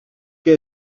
que